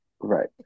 Right